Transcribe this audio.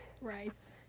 Rice